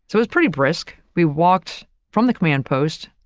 it was pretty brisk. we walked from the command post,